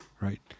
right